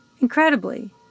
Incredibly